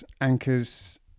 anchors